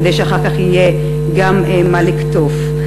כדי שאחר כך יהיה גם מה לקטוף.